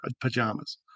pajamas